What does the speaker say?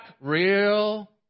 real